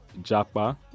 Japa